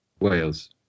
Wales